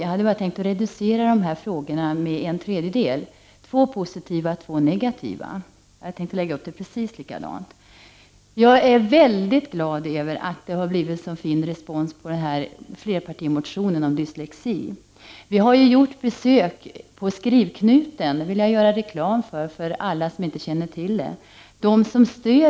Jag hade tänkt reducera de här frågorna med en tredjedel, två positiva, två negativa. Jag hade tänkt lägga upp det precis likadant. Jag är väldigt glad över att det har blivit en så fin respons på den här flerpartimotionen om dyslexi. Vi har gjort besök på Skrivknuten. Den vill jag göra reklam för, för alla som inte känner till den.